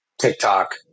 TikTok